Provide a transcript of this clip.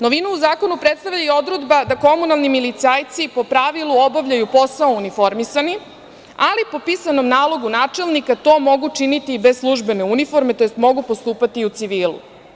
Novina u zakonu predstavlja i odredba da komunalni milicajci po pravilu obavljaju posao uniformisani, ali po pisanom nalogu načelnika to mogu činiti i bez službene uniforme, tj. mogu postupati i u civilu.